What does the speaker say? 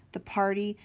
the party,